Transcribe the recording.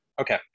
Okay